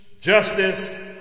Justice